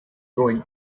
drawing